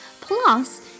Plus